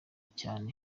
cyane